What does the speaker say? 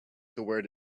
toward